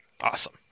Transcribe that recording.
Awesome